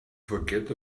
forget